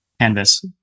canvas